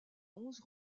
onze